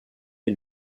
est